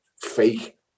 fake